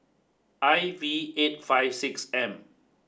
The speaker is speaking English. I V eight five six M